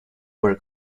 were